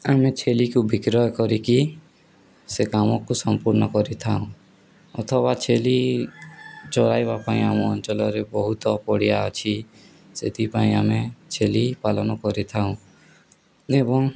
ଆମେ ଛେଳିକୁ ବିକ୍ରୟ କରିକି ସେ କାମକୁ ସମ୍ପୂର୍ଣ୍ଣ କରିଥାଉଁ ଅଥବା ଛେଳି ଚଳାଇବା ପାଇଁ ଆମ ଅଞ୍ଚଳରେ ବହୁତ ପଡ଼ିଆ ଅଛି ସେଥିପାଇଁ ଆମେ ଛେଳି ପାଳନ କରିଥାଉଁ ଏବଂ